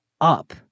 up